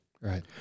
Right